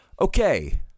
Okay